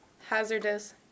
hazardous